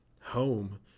home